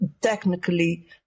technically